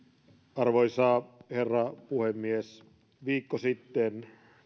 arvoisa herra puhemies viikko sitten